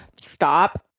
stop